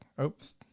Oops